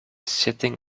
sitting